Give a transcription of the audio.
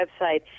website